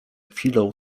chwilą